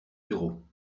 bureau